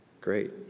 Great